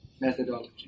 methodology